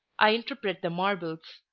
i interpret the marbles.